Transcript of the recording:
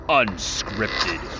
unscripted